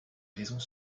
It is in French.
raisons